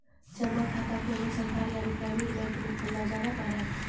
जमा खाता कोन्हो सरकारी आरू प्राइवेट बैंक मे खोल्लो जावै पारै